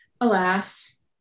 alas